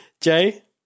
Jay